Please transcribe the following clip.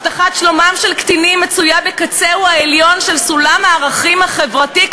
הבטחת שלומם של קטינים מצויה בקצהו העליון של סולם הערכים החברתי",